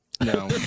No